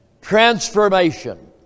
transformation